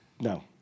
No